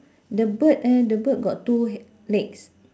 the bird eh the bird got two h~ legs